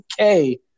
okay